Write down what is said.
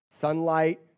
Sunlight